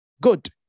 Good